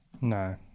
No